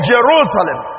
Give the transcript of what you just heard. Jerusalem